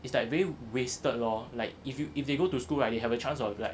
it's like very wasted lor like if you if they go to school right you have a chance of like